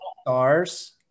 stars